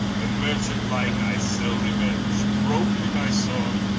when merchant-like i sell reuenge, broke be my sword,